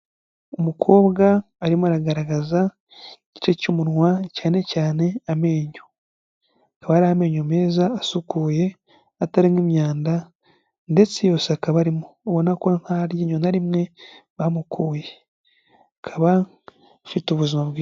Umukobwa arimo aragaragaza igice cy'umunwa cyane cyane amenyo, akaba ari amenyo meza, asukuye atarimo imyanda ndetse yose akaba arimo, ubona ko nta ryinyo na rimwe bamukuye, akaba afite ubuzima bwiza.